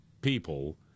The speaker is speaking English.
people